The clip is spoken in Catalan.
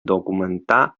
documentar